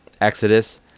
Exodus